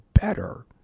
better